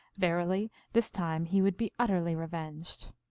verily this time he would be utterly revenged.